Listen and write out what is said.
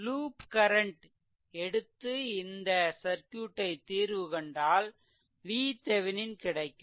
loop current எடுத்து இந்த சர்க்யூட்டை தீர்வு கண்டால் VThevenin கிடைக்கும்